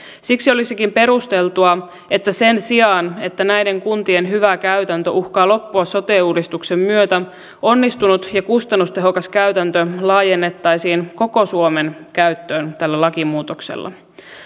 siksi olisikin perusteltua että sen sijaan että näiden kuntien hyvä käytäntö uhkaa loppua sote uudistuksen myötä onnistunut ja kustannustehokas käytäntö laajennettaisiin koko suomen käyttöön tällä lakimuutoksella